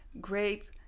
great